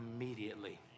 immediately